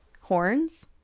horns